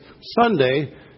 Sunday